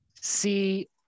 see